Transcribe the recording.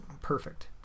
Perfect